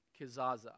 Kizaza